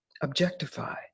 objectify